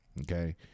Okay